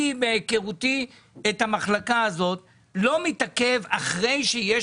מהיכרותי את המחלקה הזאת אחרי שיש